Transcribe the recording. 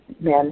men